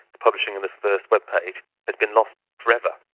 the publishing of the first webpage, has been lost forever.